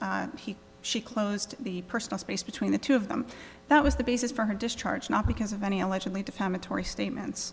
he she closed the personal space between the two of them that was the basis for her discharge not because of any allegedly